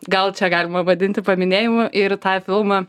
gal čia galima vadinti paminėjimu ir tą filmą